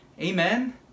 Amen